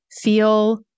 feel